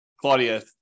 Claudia